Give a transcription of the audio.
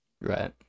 Right